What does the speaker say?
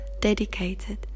dedicated